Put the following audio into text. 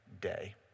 day